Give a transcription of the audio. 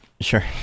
Sure